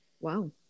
Wow